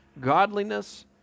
godliness